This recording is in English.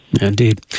Indeed